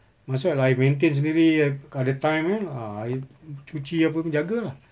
might as well I maintain sendiri I ada time kan ah I cuci apa tu jaga lah